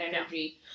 energy